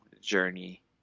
journey